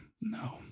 no